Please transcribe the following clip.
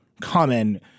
common